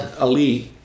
Ali